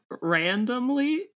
randomly